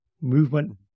movement